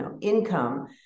income